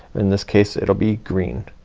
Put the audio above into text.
in this case it'll be green.